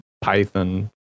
Python